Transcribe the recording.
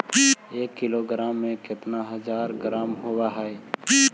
एक किलोग्राम में एक हज़ार ग्राम होव हई